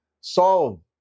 solve